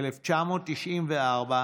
1994,